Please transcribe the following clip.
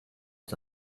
was